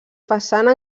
façana